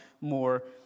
more